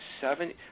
Seven